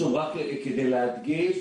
רק כדי להדגיש,